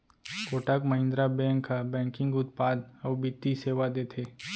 Kotak Mahindra bank ह banking उत्पाद अउ बित्तीय सेवा देथे